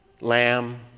lamb